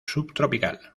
subtropical